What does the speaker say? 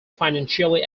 financially